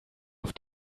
auf